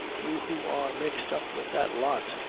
you who are mixed up with that lot,